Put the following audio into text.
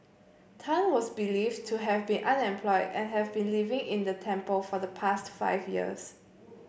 Tan was believed to have been unemployed and have been living in the temple for the past five years